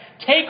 Take